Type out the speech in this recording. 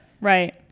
Right